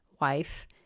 wife